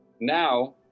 now